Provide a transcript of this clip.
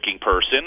person